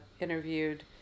interviewed